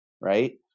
right